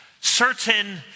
certain